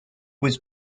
was